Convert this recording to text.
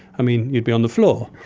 i mean, you'd be on the floor.